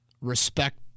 respect